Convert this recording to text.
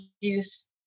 use